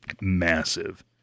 massive